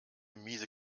miese